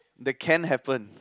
they can happen